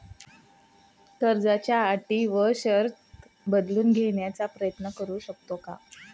कर्जाच्या अटी व शर्ती बदलून घेण्याचा प्रयत्न करू शकतो का?